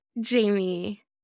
Jamie